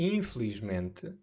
Infelizmente